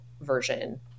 version